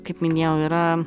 kaip minėjau yra